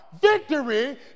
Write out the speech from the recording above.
Victory